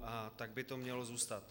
A tak by to mělo zůstat.